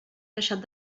deixat